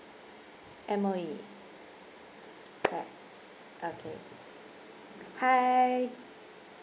M_O_E clap okay hi